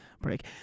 break